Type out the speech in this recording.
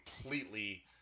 completely